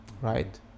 right